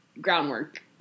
groundwork